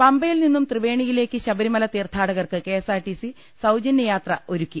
പമ്പയിൽ നിന്നും ത്രിവേണിയിലേക്ക് ശബരിമല തീർത്ഥാട കർക്ക് കെഎസ്ആർടിസി സൌജന്യയാത്ര ഒരുക്കി